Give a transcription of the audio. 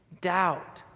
doubt